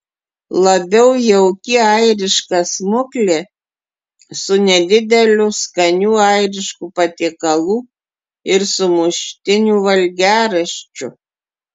labiau jauki airiška smuklė su nedideliu skanių airiškų patiekalų ir sumuštinių valgiaraščiu